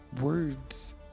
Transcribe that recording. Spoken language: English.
words